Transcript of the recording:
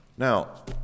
Now